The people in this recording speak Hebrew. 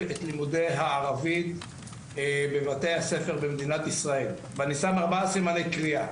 את לימודי הערבית בבתי הספר במדינת ישראל ואני שם ארבעה סימני קריאה,